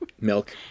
Milk